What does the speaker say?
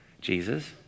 Jesus